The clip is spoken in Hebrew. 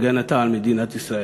בהגנה על מדינת ישראל,